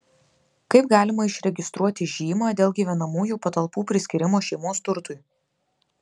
kaip galima išregistruoti žymą dėl gyvenamųjų patalpų priskyrimo šeimos turtui